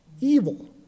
evil